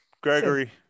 Gregory